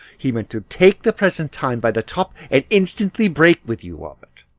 he meant to take the present time by the top and instantly break with you of it.